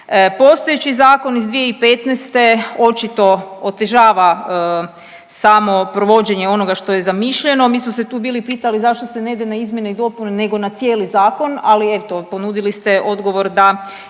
Postojeći zakon iz 2015. očito otežava samo provođenje onoga što je zamišljeno. Mi smo se tu bili pitali zašto se ne ide na izmjene i dopune nego na cijeli zakon, ali eto ponudili ste odgovor da